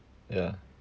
ya